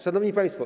Szanowni Państwo!